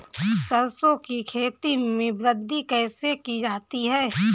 सरसो की खेती में वृद्धि कैसे की जाती है?